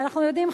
ואנחנו יודעים,